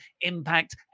Impact